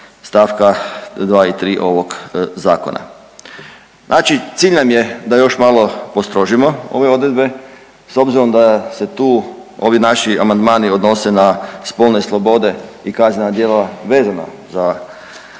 stavka 2. i 3. ovog zakona. Znači, cilj nam je da još malo postrožimo ove odredbe s obzirom da se tu ovi naši amandmani odnose na spolne slobode i kaznena djela vezana